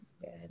good